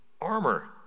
armor